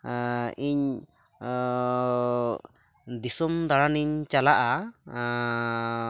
ᱤᱧ ᱫᱤᱥᱚᱢ ᱫᱟᱬᱟᱱᱤᱧ ᱪᱟᱞᱟᱜᱼᱟ